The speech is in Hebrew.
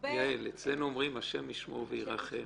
אצלנו אומרים השם ישמור וירחם.